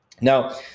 Now